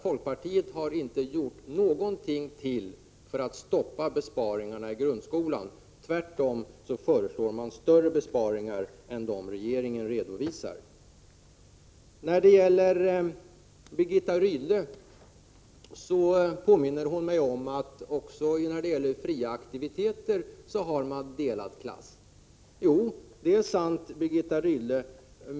Folkpartiet har ju inte gjort någonting för att stoppa besparingarna inom grundskolan. Tvärtom föreslår man ju större besparingar än dem som regeringen redovisar. Birgitta Rydle påminner mig också om att klassen är delad under fria aktiviteter. Jo, Birgitta Rydle, det är sant.